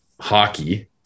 hockey